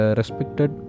respected